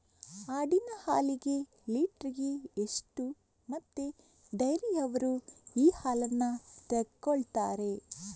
ಆಡಿನ ಹಾಲಿಗೆ ಲೀಟ್ರಿಗೆ ಎಷ್ಟು ಮತ್ತೆ ಡೈರಿಯವ್ರರು ಈ ಹಾಲನ್ನ ತೆಕೊಳ್ತಾರೆ?